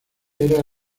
era